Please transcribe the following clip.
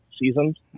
seasons